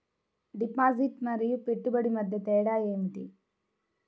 Deposit మరియు పెట్టుబడి మధ్య తేడా ఏమిటి?